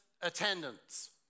attendance